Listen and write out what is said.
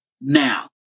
Now